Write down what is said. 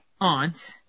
aunt